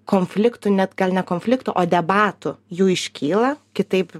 konfliktų net gal ne konfliktų o debatų jų iškyla kitaip